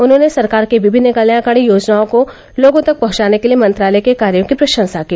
उन्होंने सरकार की विभिन्न कल्याणकारी योजनाओं को लोगों तक पहुंचाने के लिए मंत्रालय के कार्यों की प्रशंसा की